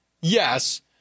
Yes